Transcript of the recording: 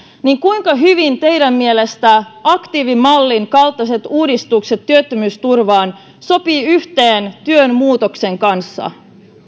niin kuinka hyvin teidän mielestänne aktiivimallin kaltaiset uudistukset työttömyysturvaan sopivat yhteen työn muutoksen kanssa